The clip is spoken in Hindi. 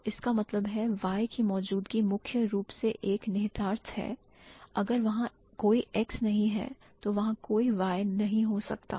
तो इसका मतलब है Y की मौजूदगी मुख्य रूप से एक निहितार्थ है अगर वहां कोई X नहीं है तो वहां कोई Y नहीं हो सकता